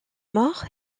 mort